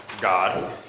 God